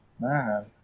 Man